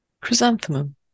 Chrysanthemum